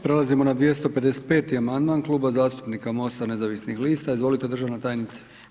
Prelazimo na 255. amandman Kluba zastupnika Mosta nezavisnih lista, izvolite državna tajnice.